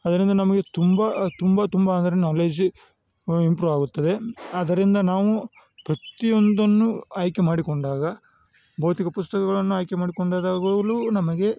ಅದರಿಂದ ನಮಗೆ ತುಂಬ ತುಂಬ ತುಂಬ ಅಂದರೆ ನಾಲೇಜು ಇಂಪ್ರೂವ್ ಆಗುತ್ತದೆ ಆದರಿಂದ ನಾವು ಪ್ರತಿಯೊಂದನ್ನು ಆಯ್ಕೆ ಮಾಡಿಕೊಂಡಾಗ ಭೌತಿಕ ಪುಸ್ತಕಗಳನ್ನು ಆಯ್ಕೆ ಮಾಡಿಕೊಂಡಾದಾಗಲೂ ನಮಗೆ